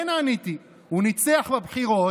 כן, עניתי, הוא ניצח בבחירות,